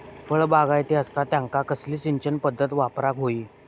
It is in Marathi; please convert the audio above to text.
फळबागायती असता त्यांका कसली सिंचन पदधत वापराक होई?